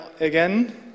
again